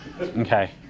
Okay